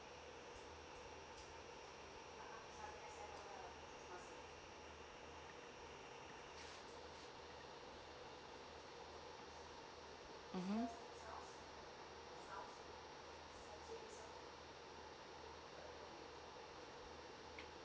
mmhmm